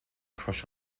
crush